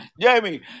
Jamie